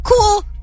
Cool